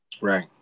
Right